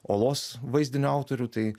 olos vaizdinio autorių tai